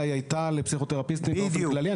אלא היא הייתה לפסיכותרפיסטים באופן כללי.